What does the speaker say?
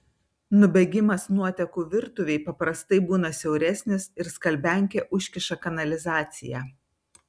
nubėgimas nuotekų virtuvėj paprastai būna siauresnis ir skalbiankė užkiša kanalizaciją